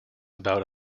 about